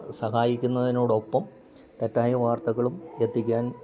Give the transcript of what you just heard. സഹായിക്കുന്നതിനോടൊപ്പം തെറ്റായ വാർത്തകളും എത്തിക്കാൻ